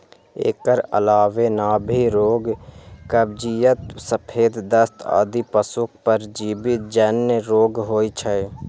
एकर अलावे नाभि रोग, कब्जियत, सफेद दस्त आदि पशुक परजीवी जन्य रोग होइ छै